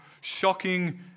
shocking